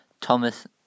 Thomas